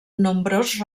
nombrós